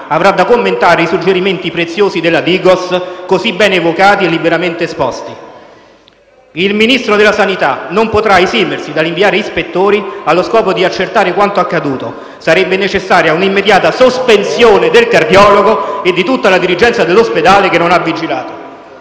avrà da commentare i suggerimenti preziosi della DIGOS, così ben evocati e liberamente esposti. Il Ministro della sanità non potrà esimersi dall'inviare ispettori allo scopo di accertare quanto accaduto. Sarebbe necessaria un'immediata sospensione del cardiologo e di tutta la dirigenza dell'ospedale che non ha vigilato.